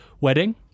wedding